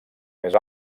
més